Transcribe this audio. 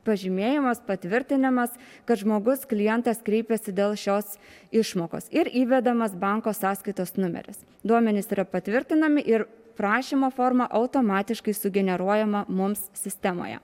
pažymėjimas patvirtinimas kad žmogus klientas kreipiasi dėl šios išmokos ir įvedamas banko sąskaitos numeris duomenys yra patvirtinami ir prašymo forma automatiškai sugeneruojama mums sistemoje